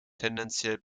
tendenziell